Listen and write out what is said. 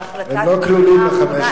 בהחלטת הממשלה האחרונה, הם לא כלולים ב-500.